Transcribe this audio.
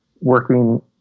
working